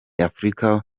afrika